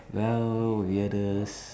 well weirdest